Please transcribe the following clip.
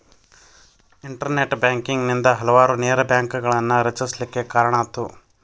internet banking ನಿಂದಾ ಹಲವಾರು ನೇರ ಬ್ಯಾಂಕ್ಗಳನ್ನ ರಚಿಸ್ಲಿಕ್ಕೆ ಕಾರಣಾತು